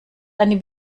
eine